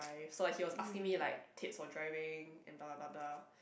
so like he was asking me like tips for driving and blah blah blah blah